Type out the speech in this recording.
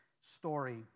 story